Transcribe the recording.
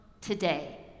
today